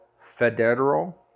federal